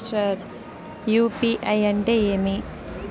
UPI అంటే ఏమి?